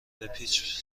بپیچ